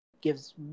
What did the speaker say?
gives